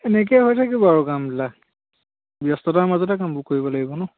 এনেকৈ হৈ থাকিব আৰু কামবিলাক ব্যস্তটাৰ মাজতে কামবোৰ কৰিব লাগিব ন